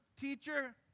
teacher